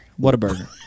Whataburger